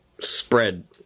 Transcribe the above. spread